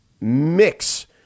mix